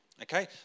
Okay